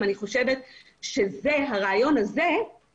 זאת אומרת איפה היינו ב-2015 ואיפה אנחנו היום,